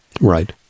Right